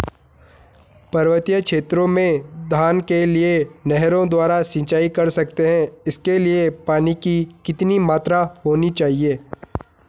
पर्वतीय क्षेत्रों में धान के लिए नहरों द्वारा सिंचाई कर सकते हैं इसके लिए पानी की कितनी मात्रा होनी चाहिए?